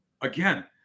Again